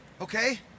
okay